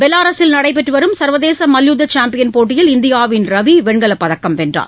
பெலாரஸில் நடைபெற்று வரும் சர்வதேச மல்யுத்த சாம்பியன் போட்டியில் இந்தியாவின் ரவி வெண்கலப் பதக்கம் வென்றார்